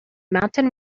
mountain